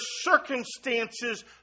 circumstances